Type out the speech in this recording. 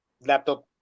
laptop